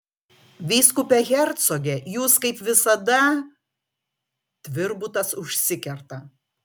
vyskupe hercoge jūs kaip visada tvirbutas užsikerta